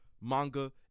manga